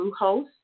Bluehost